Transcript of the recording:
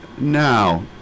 Now